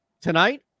Tonight